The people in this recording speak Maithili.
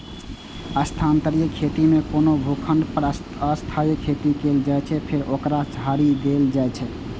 स्थानांतरित खेती मे कोनो भूखंड पर अस्थायी खेती कैल जाइ छै, फेर ओकरा छोड़ि देल जाइ छै